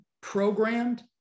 programmed